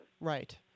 Right